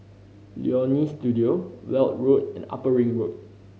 Leonie Studio Weld Road and Upper Ring Road